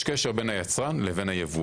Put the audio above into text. יש קשר בין היצרן ליבואן.